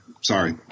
sorry